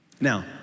Now